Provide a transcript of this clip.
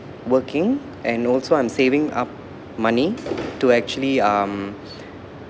working and also I'm saving up money to actually um